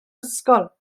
ysgol